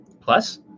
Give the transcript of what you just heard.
plus